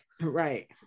Right